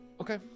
okay